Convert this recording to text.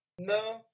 No